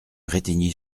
brétigny